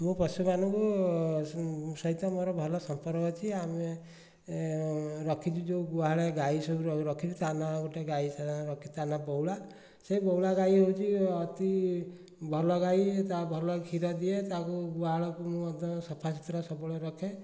ମୁଁ ପଶୁମାନଙ୍କୁ ସହିତ ମୋର ଭଲ ସମ୍ପର୍କ ଅଛି ଆମେ ରଖିଛୁ ଯେଉଁ ଗୁହାଳେ ଗାଈ ସବୁର ରଖିଛୁ ତା ନାଁ ଗୋଟିଏ ଗାଈ ତା ନାଁ ବଉଳା ସେ ବଉଳା ଗାଈ ହେଉଛି ଅତି ଭଲ ଗାଈ ତାହା ଭଲ କ୍ଷୀର ଦିଏ ତାକୁ ଗୁହାଳକୁ ମୁଁ ମଧ୍ୟ ସଫା ସୁତୁରା ସବୁବେଳେ ରଖେ